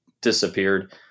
disappeared